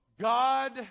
God